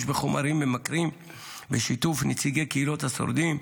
בחומרים ממכרים בשיתוף נציגי קהילות השורדים,